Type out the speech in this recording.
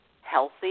healthy